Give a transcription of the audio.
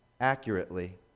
accurately